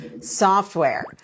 software